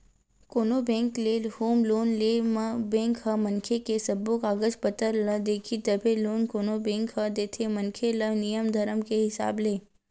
कोनो बेंक ले home loan ले म बेंक ह मनखे के सब्बो कागज पतर ल देखही तभे लोन कोनो बेंक ह देथे मनखे ल नियम धरम के हिसाब ले